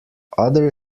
other